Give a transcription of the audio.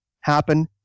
happen